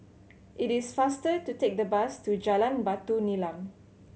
it is faster to take the bus to Jalan Batu Nilam